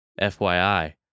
fyi